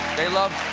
they love.